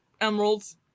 emeralds